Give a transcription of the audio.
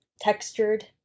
textured